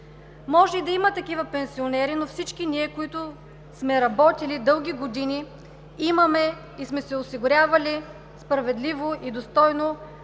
Може и да има такива пенсионери, но всички ние, които сме работили дълги години, имаме и сме се осигурявали справедливо и достойно